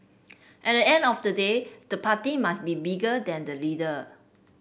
at the end of the day the party must be bigger than the leader